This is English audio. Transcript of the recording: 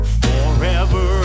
forever